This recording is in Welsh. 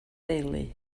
deulu